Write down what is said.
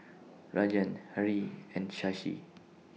Rajan Hri and Shashi